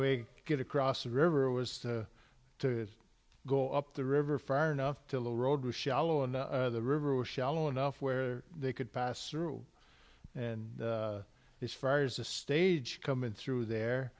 way to get across the river was to go up the river far enough till road was shallow and the river was shallow enough where they could pass through and as far as the stage coming through there